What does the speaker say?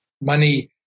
money